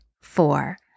four